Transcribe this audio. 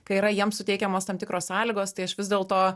kai yra jiems suteikiamos tam tikros sąlygos tai aš vis dėlto